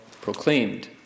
proclaimed